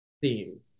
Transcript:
theme